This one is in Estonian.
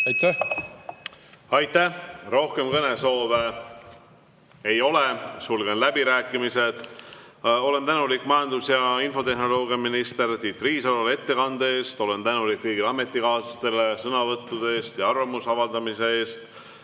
Aitäh! Aitäh! Rohkem kõnesoove ei ole. Sulgen läbirääkimised. Olen tänulik majandus- ja infotehnoloogiaminister Tiit Riisalole ettekande eest, olen tänulik kõigile ametikaaslastele sõnavõttude ja arvamuse avaldamise eest,